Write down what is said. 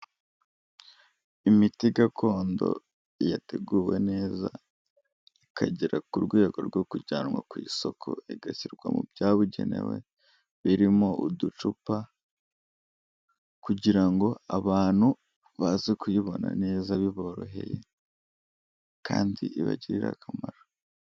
Imiti gakondo yateguwe neza, ikagera ku rwego rwo kujyanwa ku isoko, igashyirwa mu byabugenewe birimo uducupa kugira ngo abantu baze kuyibona neza biboroheye kandi ibagirire akamaro.